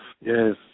yes